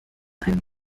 einen